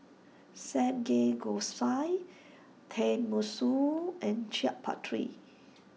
Samgeyopsal Tenmusu and Chaat Papri